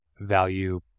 value